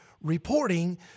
reporting